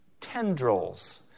tendrils